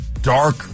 dark